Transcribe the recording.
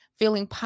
feeling